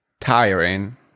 tiring